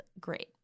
great